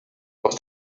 aus